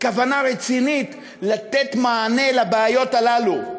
כוונה רצינית לתת מענה לבעיות הללו.